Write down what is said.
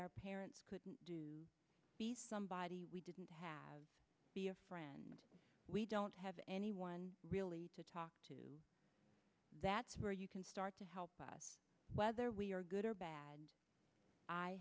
our parents couldn't do somebody we didn't have a friend we don't have anyone really to talk to that's where you can start to help us whether we are good or bad